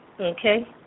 Okay